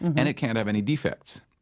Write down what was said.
and it can't have any defects.